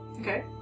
Okay